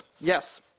Yes